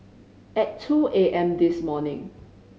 at two A M this morning